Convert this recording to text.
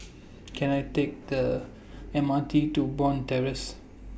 Can I Take The M R T to Bond Terrace